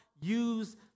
use